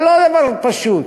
זה לא דבר פשוט,